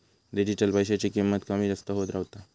digital पैशाची किंमत कमी जास्त होत रव्हता